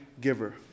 giver